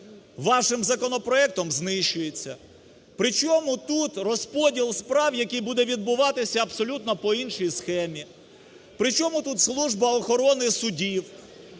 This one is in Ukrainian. вашим законопроектом знищується. При чому тут розподіл справ, який буде відбуватися абсолютно по іншій схемі? При чому тут служба охорони судів?